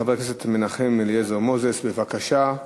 חבר הכנסת מנחם אליעזר מוזס, בבקשה.